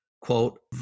quote